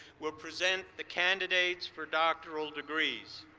will present the candidates for doctoral degrees.